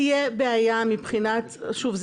תהיה בעיה מבחינת שוב,